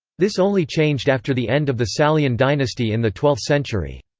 this only changed after the end of the salian dynasty in the twelfth century.